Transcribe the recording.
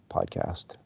podcast